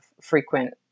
frequent –